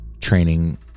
training